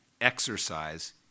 Exercise